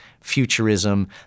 futurism